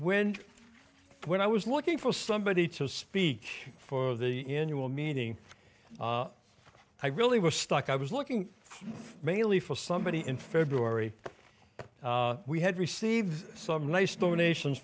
when when i was looking for somebody to speak for the in ual meeting i really was stuck i was looking mainly for somebody in february we had received some nice donations